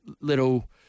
little